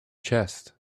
chest